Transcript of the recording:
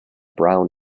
brown